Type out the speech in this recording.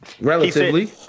Relatively